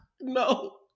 No